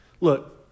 Look